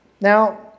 Now